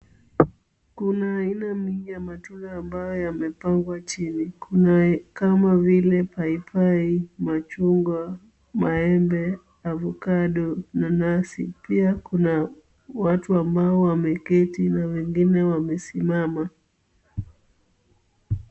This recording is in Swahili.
Kuna aina mingi ya matunda ambayo yamepangwa chini, kuna kama vile; paipai, machungwa, maembe, avocado , nanasi. Pia kuna watu ambao wameketi na wengine wamesimama.